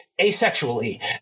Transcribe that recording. asexually